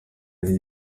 ari